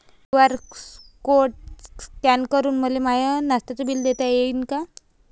QR code scan करून मले माय नास्त्याच बिल देता येईन का?